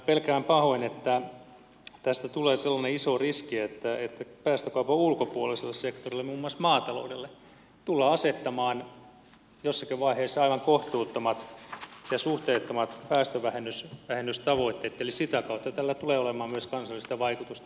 pelkään pahoin että tässä tulee sellainen iso riski että päästökaupan ulkopuoliselle sektorille muun muassa maataloudelle tullaan asettamaan jossakin vaiheessa aivan kohtuuttomat ja suhteettomat päästövähennystavoitteet eli sitä kautta tällä tulee olemaan myös kansallista vaikutusta